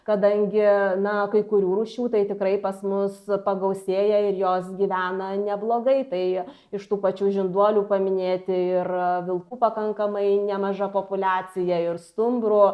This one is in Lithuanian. kadangi na kai kurių rūšių tai tikrai pas mus pagausėja ir jos gyvena neblogai tai iš tų pačių žinduolių paminėti ir vilkų pakankamai nemaža populiacija ir stumbrų